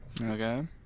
Okay